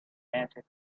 nature